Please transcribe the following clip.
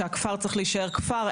שהכפר צריך להישאר כפר,